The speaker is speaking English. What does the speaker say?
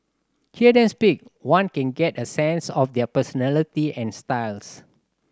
hear them speak one can get a sense of their personality and styles